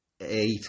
eight